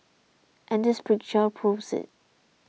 and this picture proves it